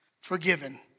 forgiven